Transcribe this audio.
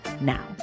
now